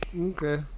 Okay